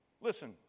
Listen